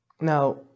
Now